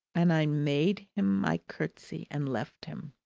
and i made him my curtsy and left him.